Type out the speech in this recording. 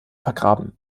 vergraben